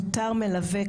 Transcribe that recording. מותר מלווה,